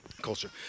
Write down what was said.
Culture